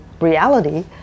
reality